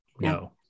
No